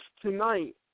tonight